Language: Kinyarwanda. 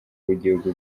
bw’igihugu